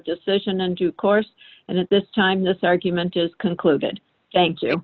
decision and do course and at this time this argument has concluded thank you